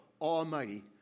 almighty